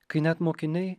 kai net mokiniai